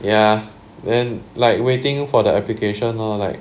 ya then like waiting for the application lor like